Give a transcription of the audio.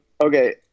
Okay